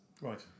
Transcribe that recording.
right